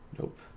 nope